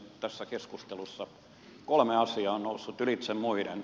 tässä keskustelussa kolme asiaa on noussut ylitse muiden